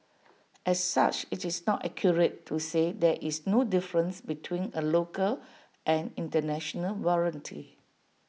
as such IT is not accurate to say that is no difference between A local and International warranty